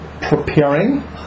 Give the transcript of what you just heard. preparing